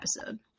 episode